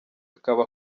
akaba